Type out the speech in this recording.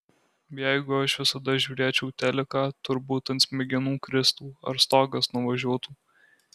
jeigu aš visada žiūrėčiau teliką turbūt ant smegenų kristų ar stogas nuvažiuotų